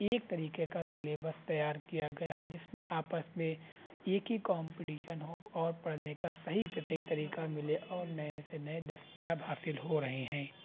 ایک طریقے کا سیلیبس تیار کیا گیا ہے جس میں آپس میں یہ کہ کمپٹیشن ہو اور پڑھنے کا صحیح سے صحیح طریقہ ملے اور نئے سے نئے دستیاب حاصل ہو رہے ہیں